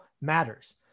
matters